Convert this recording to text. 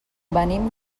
venim